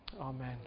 amen